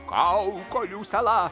kaukolių sala